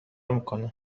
میکنم